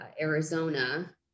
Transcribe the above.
Arizona